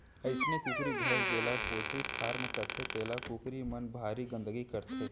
अइसने कुकरी घर जेला पोल्टी फारम कथें तेमा कुकरी मन भारी गंदगी करथे